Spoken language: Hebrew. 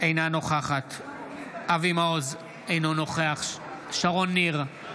אינה נוכחת אבי מעוז, אינו נוכח שרון ניר,